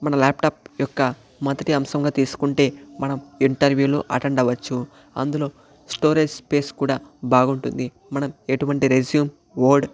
మన ల్యాప్టాప్ యొక్క మొదటి అంశంగా తీసుకుంటే మనం ఇంటర్వ్యూలు అటెండ్ అవ్వచ్చు అందులో స్టోరేజ్ స్పేస్ కూడా బాగుంటుంది మనం ఎటువంటి రెజ్యూమ్ వర్డ్